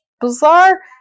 bizarre